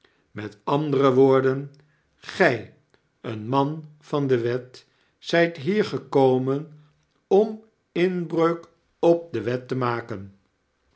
met andere woorden gjj een man van de wet zp hier gekomen om inbreuk op de wet te maken